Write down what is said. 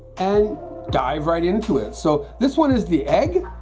and dive right into it so this one is the egg